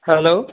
hello